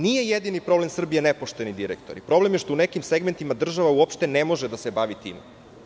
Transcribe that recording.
Nisu jedini problem Srbije nepošteni direktori, problem je što u nekim segmentima država uopšte ne može da se bavi time.